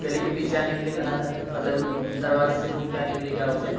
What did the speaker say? گلی کے پیچھے آنے کے لیے کہا تھا مطلب دروازے سے گھوم کے آنے کے لیے کہا اسے